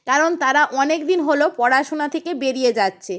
কারণ তারা অনেক দিন হলো পড়াশোনা থেকে বেরিয়ে যাচ্ছে